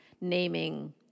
naming